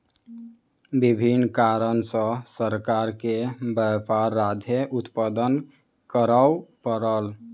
विभिन्न कारण सॅ सरकार के व्यापार रोध उत्पन्न करअ पड़ल